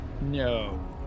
No